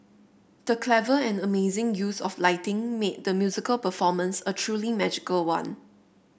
the clever and amazing use of lighting made the musical performance a truly magical one